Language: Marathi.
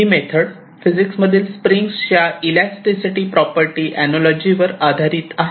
ही मेथड फिजिक्स मधील स्प्रिंगच्या इलास्टिसिटी प्रॉपर्टी अनालॉजी वर आधारित आहे